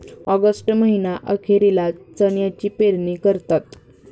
August महीना अखेरीला चण्याची पेरणी करतात